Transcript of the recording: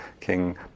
King